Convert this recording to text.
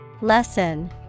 Lesson